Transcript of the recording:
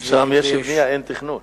שם יש בנייה, אין תכנון.